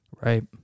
Right